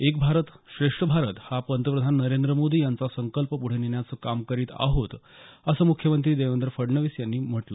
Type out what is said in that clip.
एक भारत श्रेष्ठ भारत हा प्रधानमंत्री नरेंद्र मोदी यांचा संकल्प पुढे नेण्याचे काम करीत आहोत असं मुख्यमंत्री देवेंद्र फडणविस यावेळी म्हणाले